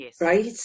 right